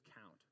count